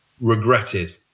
regretted